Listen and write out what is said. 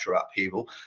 upheaval